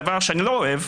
דבר שאני לא אוהב,